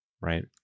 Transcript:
right